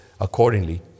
accordingly